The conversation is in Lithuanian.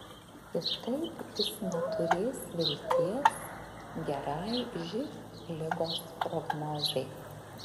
kitaip jis neturės vilties gerai živ ligos prognozei